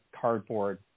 cardboard